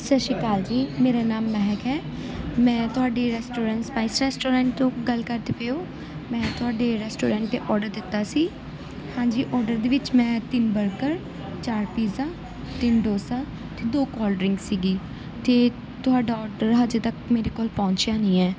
ਸਤਿ ਸ਼੍ਰੀ ਅਕਾਲ ਜੀ ਮੇਰਾ ਨਾਮ ਮਹਿਕ ਹੈ ਮੈਂ ਤੁਹਾਡੇ ਰੈਸਟੋਰੈਂਟ ਸਪਾਈਸ ਰੈਸਟੋਰੈਂਟ ਤੋਂ ਗੱਲ ਕਰਦੇ ਪਏ ਹੋ ਮੈਂ ਤੁਹਾਡੇ ਰੈਸਟੋਰੈਂਟ ਦੇ ਔਡਰ ਦਿੱਤਾ ਸੀ ਹਾਂਜੀ ਔਡਰ ਦੇ ਵਿੱਚ ਮੈਂ ਤਿੰਨ ਬਰਗਰ ਚਾਰ ਪੀਜਾ ਤਿੰਨ ਡੋਸਾ ਅਤੇ ਦੋ ਕੋਲਡਰਿੰਕਸ ਸੀਗੇ ਅਤੇ ਤੁਹਾਡਾ ਔਡਰ ਹਜੇ ਤੱਕ ਮੇਰੇ ਕੋਲ ਪਹੁੰਚਿਆ ਨਹੀਂ ਹੈ